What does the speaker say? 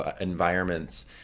environments